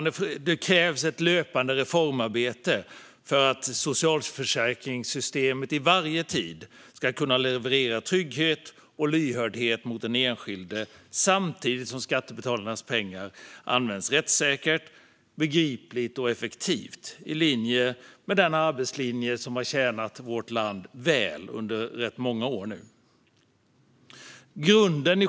Det krävs ett löpande reformarbete för att socialförsäkringssystemet vid varje tid ska kunna leverera trygghet och lyhördhet till den enskilde, samtidigt som skattebetalarnas pengar används rättssäkert, begripligt och effektivt i linje med den arbetslinje som har tjänat vårt land väl under rätt många år nu.